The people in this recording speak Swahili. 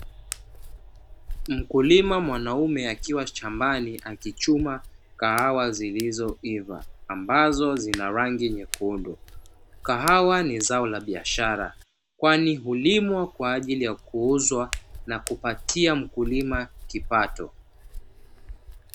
Mkulima mwanaume akiwa shambani akichuma kahawa zilizoiva ambazo zina rangi nyekundu. Kahawa ni zao la biashara kwani hulimwa kwa ajili ya kuuzwa na kupatia mkulima kipato.